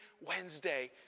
Wednesday